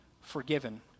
forgiven